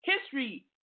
History